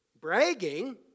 bragging